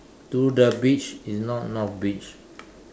to the beach it's not not beach